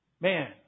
man